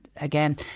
again